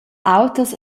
auters